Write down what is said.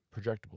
projectable